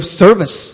service